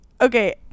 Okay